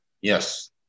Yes